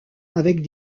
avec